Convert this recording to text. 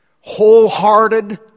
wholehearted